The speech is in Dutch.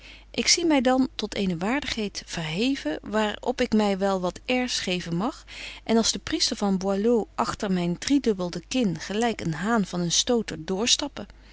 ik zie my dan tot eene waardigheid verheven waar op ik my wel wat airs geven mag en als de priester van boileau agter myn driedubbelde kin gelyk een haan van een stoter